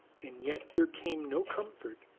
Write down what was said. and yet there came no comfort,